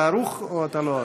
אתה ערוך או אתה לא ערוך?